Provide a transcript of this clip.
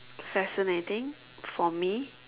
fascinating for me